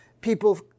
people